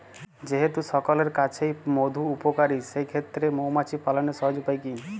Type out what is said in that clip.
যেহেতু সকলের কাছেই মধু উপকারী সেই ক্ষেত্রে মৌমাছি পালনের সহজ উপায় কি?